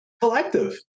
Collective